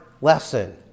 lesson